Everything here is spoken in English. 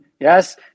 Yes